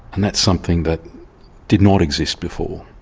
and that's something that did not exist before.